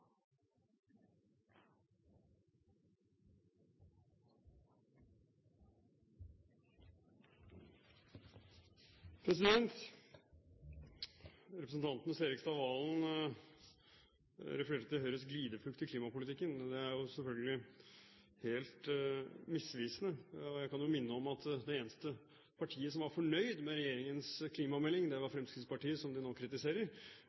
skjønne. Representanten Serigstad Valen refererte til Høyres glideflukt i klimapolitikken. Det er selvfølgelig helt misvisende. Jeg kan jo minne om at det eneste partiet som var fornøyd med regjeringens klimamelding, var Fremskrittspartiet, som de nå kritiserer.